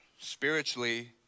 spiritually